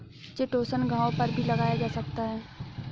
chitosan घावों पर भी लगाया जा सकता है